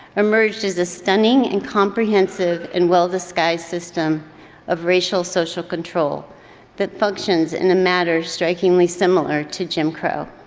emerged as a stunning and comprehensive and well-disguised system of racial social control that functions in a matter strikingly similar to jim crow.